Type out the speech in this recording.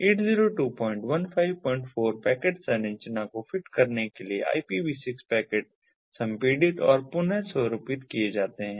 802154 packet संरचना को fit करने के लिए IPV6 पैकेट संपीड़ित और पुन स्वरूपित किए जाते हैं